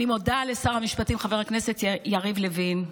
אני מודה לשר המשפטים חבר הכנסת יריב לוין,